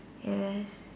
yes